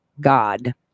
God